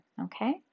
okay